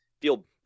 feel